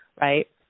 right